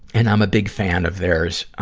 and i'm a big fan of theirs.